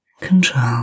control